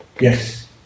Yes